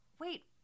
wait